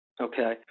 Okay